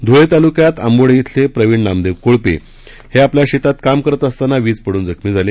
ध्वळे ताल्क्यात आंबोडे इथले प्रवीण नामदेव कोळपे हे आपल्या शेतात काम करत असताना वीज पडून जखमी झाले